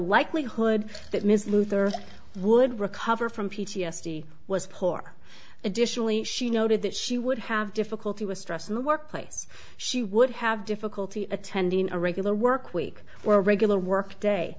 likelihood that ms luther would recover from p t s d was poor additionally she noted that she would have difficulty with stress in the workplace she would have difficulty attending a regular work week or regular workday